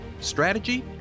strategy